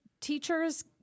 teachers